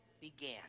began